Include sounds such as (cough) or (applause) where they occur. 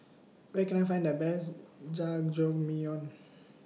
Where Can I Find The Best Jajangmyeon (noise)